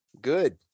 good